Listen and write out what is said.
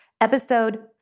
episode